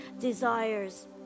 desires